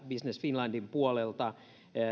business finlandin puolelta hakukriteereitä